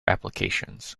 applications